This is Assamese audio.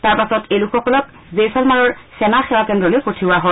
তাৰ পাছত এই লোকসকলক জেইশ্বালমাৰৰ সেনা সেৱা কেন্দ্ৰলৈ পঠিওৱা হয়